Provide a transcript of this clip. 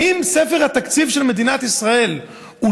האם ספר התקציב של מדינת ישראל לא